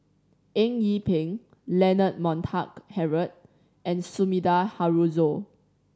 Eng Yee Peng Leonard Montague Harrod and Sumida Haruzo